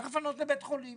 צריך לפנות לבית החולים